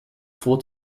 four